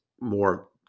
more